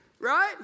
right